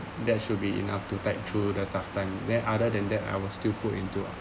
that should be enough to tight through the tough time then other than that I was still put into